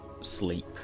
sleep